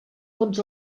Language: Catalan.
tots